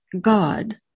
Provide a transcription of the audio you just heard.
God